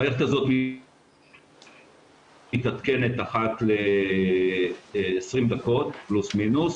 המערכת הזאת מתעדכנת אחת ל-20 דקות, פלוס מינוס,